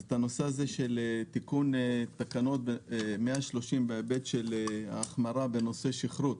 הנושא של תיקון תקנות 130 בהיבט ההחמרה בנושא שיכרות